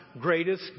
greatest